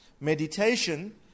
Meditation